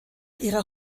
ihrer